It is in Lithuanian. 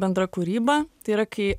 bendra kūryba tai yra kai